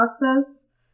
process